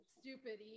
stupid